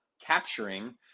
capturing